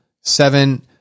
seven